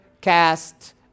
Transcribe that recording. cast